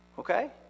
Okay